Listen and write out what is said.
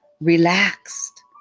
relaxed